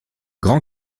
grands